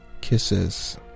Kisses